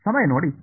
ಗುಣಿಸಿ